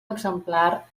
exemplar